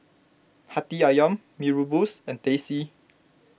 Hati Ayam Mee Rebus and Teh C